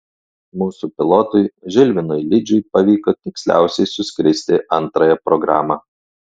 mūsų pilotui žilvinui lidžiui pavyko tiksliausiai suskristi antrąją programą